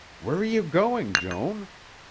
where are you going, joan?